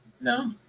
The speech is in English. No